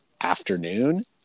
afternoon